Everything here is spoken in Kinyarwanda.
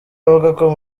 avugako